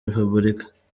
repubulika